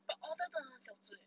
but otter 真的很小子 eh